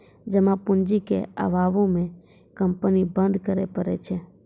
जमा पूंजी के अभावो मे कंपनी बंद करै पड़ै छै